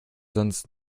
sonst